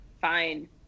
Fine